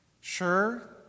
Sure